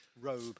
robe